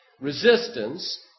resistance